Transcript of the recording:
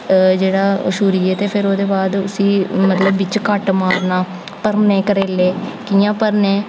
जेह्ड़ा छुरियै ते फिर ओह्दे बाद उसी मतलब बिच कट मारना भरने करेले कि'यां भरने